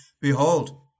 Behold